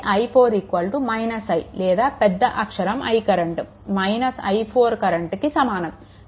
కాబట్టి i4 I లేదా పెద్ద అక్షరం I కరెంట్ i4 కరెంట్కి సమానం